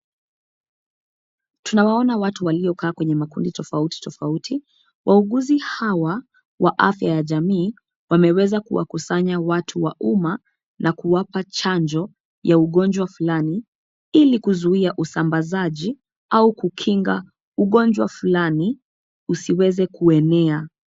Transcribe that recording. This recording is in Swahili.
Tunawaona watu waliokaa kwenye makundi tofauti tofauti. Wauguzi hawa wa afya ya jamii, wameweza kuwakusanya watu wa umma na kuwapa chanjo ya ugonjwa fulani ili kuzuia usambazaji au kukinga ugonjwa fulani usiweze kuenea.